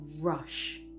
rush